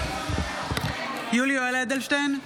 בעד יולי יואל אדלשטיין,